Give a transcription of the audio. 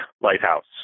lighthouse